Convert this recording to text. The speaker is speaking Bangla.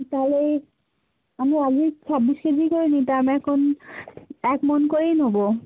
তাহলে এই আমি আগে ওই ছাব্বিশ কেজিই করে নিতাম এখন এক মণ করেই নেবো